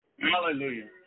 Hallelujah